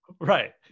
Right